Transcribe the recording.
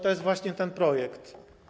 To jest właśnie ten projekt.